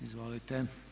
Izvolite.